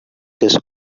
this